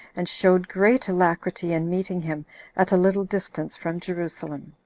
and showed great alacrity in meeting him at a little distance from jerusalem.